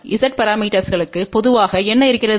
Z பரமீட்டர்ஸ்ளுக்கு பொதுவாக என்ன இருக்கிறது